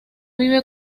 vive